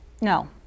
no